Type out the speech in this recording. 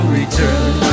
return